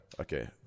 Okay